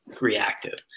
reactive